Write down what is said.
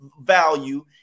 value